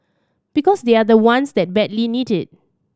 because they are the ones that badly need it